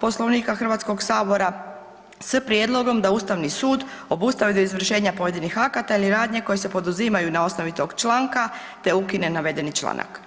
Poslovnika Hrvatskog sabora sa prijedlog da Ustavni sud obustavi do izvršenja pojedinih akata ili radnje koje se poduzimaju na osnovi tog članka te ukine navedeni članak.